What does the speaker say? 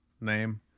name